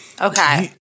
okay